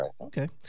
Okay